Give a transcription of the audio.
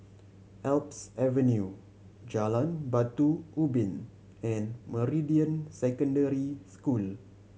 Alps Avenue Jalan Batu Ubin and Meridian Secondary School